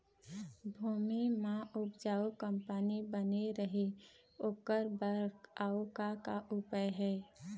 भूमि म उपजाऊ कंपनी बने रहे ओकर बर अउ का का उपाय हे?